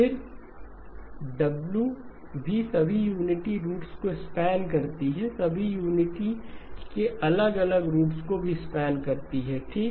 फिर WkLM भी सभी यूनिटी के रूट्स को स्पॅन करती है सभी यूनिटी के अलग अलग रूट्स को भी स्पॅन करती है ठीक